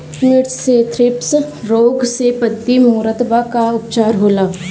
मिर्च मे थ्रिप्स रोग से पत्ती मूरत बा का उपचार होला?